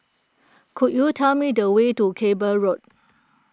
could you tell me the way to Cable Road